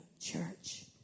church